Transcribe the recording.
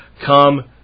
come